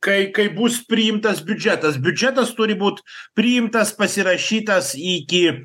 kai kai bus priimtas biudžetas biudžetas turi būt priimtas pasirašytas iki